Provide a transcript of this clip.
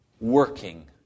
working